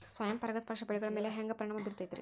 ಸ್ವಯಂ ಪರಾಗಸ್ಪರ್ಶ ಬೆಳೆಗಳ ಮ್ಯಾಲ ಹ್ಯಾಂಗ ಪರಿಣಾಮ ಬಿರ್ತೈತ್ರಿ?